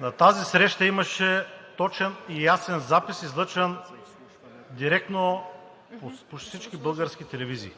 На тази среща имаше точен и ясен запис, излъчен директно по всички български телевизии.